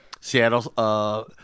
Seattle